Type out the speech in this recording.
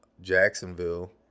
Jacksonville